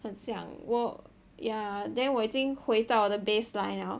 很像我 ya then 我已经回到我的 baseline 了